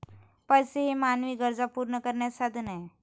पैसा हे मानवी गरजा पूर्ण करण्याचे साधन आहे